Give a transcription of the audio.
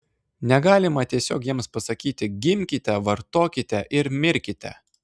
negalima tiesiog jiems pasakyti gimkite vartokite ir mirkite